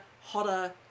hotter